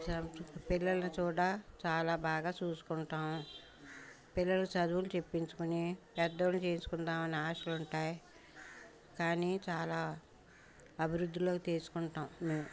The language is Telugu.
సంప్ర పిల్లల్ని చూడా చాలా బాగా చూసుకుంటాము పిల్లలు చదువులు చెప్పించుకుని పెద్దోలు చేసుకుందామని ఆశలు ఉంటాయి కానీ చాలా అభివృద్ధిలోకి తీసుకుంటాం మేము